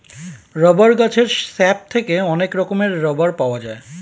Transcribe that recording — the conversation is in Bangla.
রাবার গাছের স্যাপ থেকে অনেক রকমের রাবার পাওয়া যায়